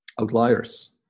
outliers